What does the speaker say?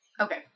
Okay